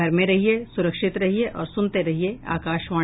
घर में रहिये सुरक्षित रहिये और सुनते रहिये आकाशवाणी